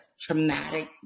traumatic